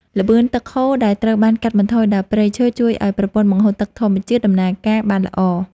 ល្បឿនទឹកហូរដែលត្រូវបានកាត់បន្ថយដោយព្រៃឈើជួយឱ្យប្រព័ន្ធបង្ហូរទឹកធម្មជាតិដំណើរការបានល្អ។